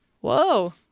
Whoa